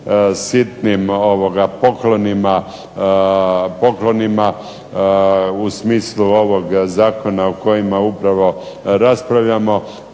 sitnim poklonima u smislu ovog zakona o kojima upravo raspravljamo